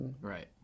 Right